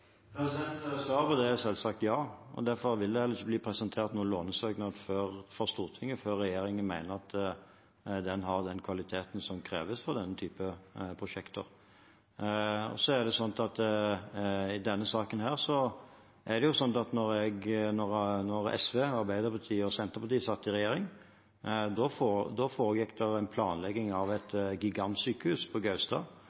på det er selvsagt ja, og derfor vil det heller ikke bli presentert noen lånesøknad for Stortinget før regjeringen mener at den har den kvaliteten som kreves for denne typen prosjekter. Når det gjelder denne saken, var det slik at da SV, Arbeiderpartiet og Senterpartiet satt i regjering, foregikk det en planlegging av et gigantsykehus på Gaustad. En skulle legge ned Radiumhospitalet, og